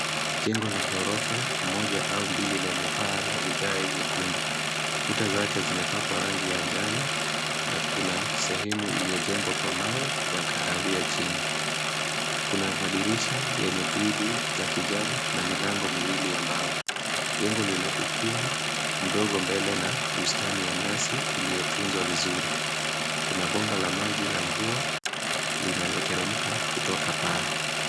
Jengo la ghorofa moja au mbili lenye paa la vigae vyekundu. Kuta zake zimepakwa rangi ya njano, na kuna sehemu iliyojengwa kwa mawe ya kahawia chini. Kuna madirisha yenye grili za kijani na milango miwili ya mbao. Jengo lina ukumbi, mdogo mbele na bustani ya nyasi iliyotunzwa vizuri. Kuna bomba la maji la mvua linaloteremka kutoka paa.